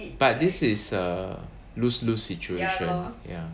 but this is a lose lose situation ya